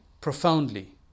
profoundly